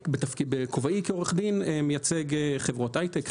בכובעי כעורך דין אני מייצג חברות היי-טק,